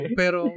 pero